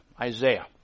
Isaiah